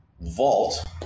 vault